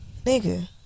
Nigga